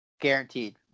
Guaranteed